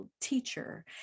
teacher